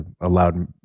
allowed